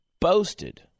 boasted